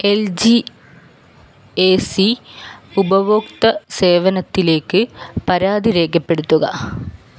L G A C ഉപഭോക്തൃ സേവനത്തിലേക്ക് പരാതി രേഖപ്പെടുത്തുക